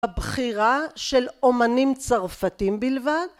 הבחירה של אומנים צרפתים בלבד